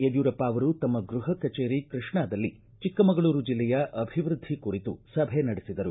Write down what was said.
ಯಡಿಯೂರಪ್ಪ ಅವರು ತಮ್ಮ ಗೃಪ ಕಚೇರಿ ಕೃಷ್ಣದಲ್ಲಿ ಚಿಕ್ಕಮಗಳೂರು ಜಿಲ್ಲೆಯ ಅಭಿವೃದ್ದಿ ಕುರಿತು ಸಭೆ ನಡೆಸಿದರು